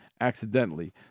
accidentally